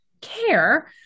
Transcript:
care